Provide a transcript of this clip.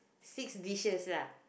six dishes lah